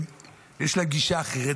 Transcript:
יש להם גישה אחרת,